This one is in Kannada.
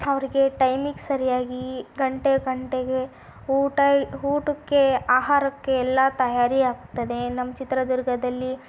ಅವರಿಗೆ ಟೈಮಿಗೆ ಸರಿಯಾಗಿ ಗಂಟೆ ಗಂಟೆಗೆ ಊಟ ಊಟಕ್ಕೆ ಆಹಾರಕ್ಕೆ ಎಲ್ಲ ತಯಾರಿ ಆಗ್ತದೆ ನಮ್ಮ ಚಿತ್ರದುರ್ಗದಲ್ಲಿ